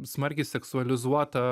smarkiai seksualizuota